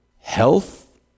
health